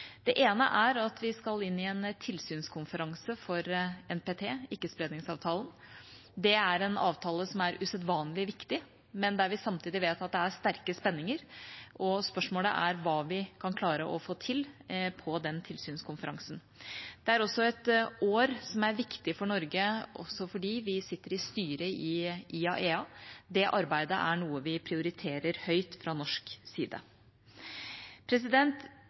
Det ene er at vi skal inn i en tilsynskonferanse for NPT, ikkespredningsavtalen. Det er en avtale som er usedvanlig viktig, men vi vet samtidig at det er sterke spenninger. Spørsmålet er hva vi kan klare å få til på den tilsynskonferansen. Det er også et år som er viktig for Norge fordi vi sitter i styret i IAEA. Det arbeidet er noe vi prioriterer høyt fra norsk side.